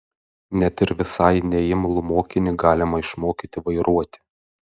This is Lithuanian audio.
net ir visai neimlų mokinį galima išmokyti vairuoti